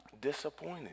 disappointed